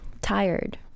Tired